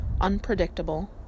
unpredictable